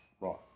Right